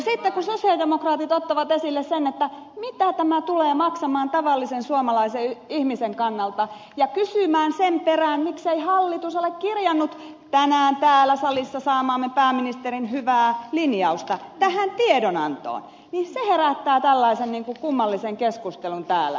sitten kun sosialidemokraatit ottavat esille sen mitä tämä tulee maksamaan tavallisen suomalaisen ihmisen kannalta ja kysyvät sen perään miksei hallitus ole kirjannut tänään täällä salissa saamaamme pääministerin hyvää linjausta tähän tiedonantoon niin se herättää tällaisen kummallisen keskustelun täällä